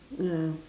ya